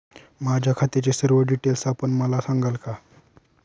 माझ्या खात्याचे सर्व डिटेल्स आपण मला सांगाल का?